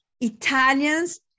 Italians